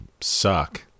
suck